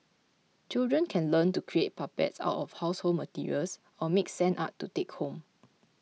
children can learn to create puppets out of household materials or make sand art to take home